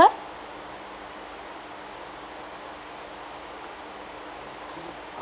card